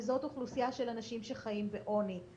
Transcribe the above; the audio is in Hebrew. וזאת אוכלוסייה של אנשים שחיים בעוני,